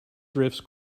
drifts